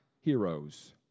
heroes